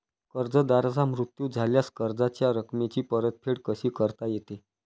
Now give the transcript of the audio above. कर्जदाराचा मृत्यू झाल्यास कर्जाच्या रकमेची परतफेड कशी करता येते?